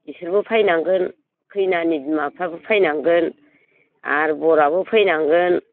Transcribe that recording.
बिसोरबो फैनांगोन खैनानि बिमा बिफाफ्रा फैनांगोन आरो बराबो फैनांगोन